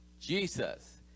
Jesus